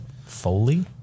Foley